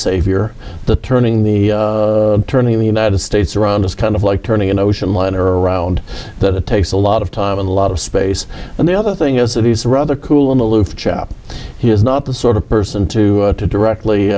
savior the turning the turn the united states around is kind of like turning an ocean liner around the takes a lot of time and a lot of space and the other thing is that he's rather cool and aloof chap he is not the sort of person to have to directly